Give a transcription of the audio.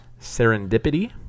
Serendipity